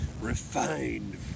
refined